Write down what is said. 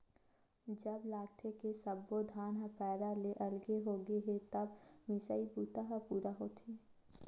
जब लागथे के सब्बो धान ह पैरा ले अलगे होगे हे तब मिसई बूता ह पूरा होथे